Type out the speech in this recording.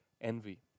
envy